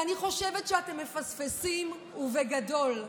אני חושבת שאתם מפספסים ובגדול.